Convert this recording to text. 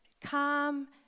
calm